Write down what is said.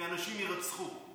כי אנשים יירצחו,